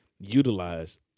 utilize